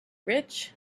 rich